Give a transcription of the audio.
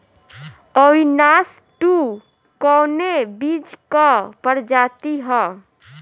Avinash two कवने बीज क प्रजाति ह?